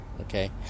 Okay